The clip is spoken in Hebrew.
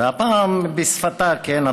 והפעם בשפתה, כן?